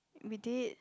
we did